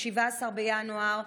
17 בינואר,